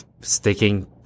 sticking